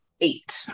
Eight